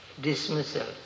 dismissal